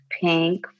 pink